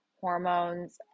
hormones